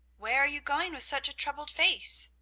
where are you going with such a troubled face?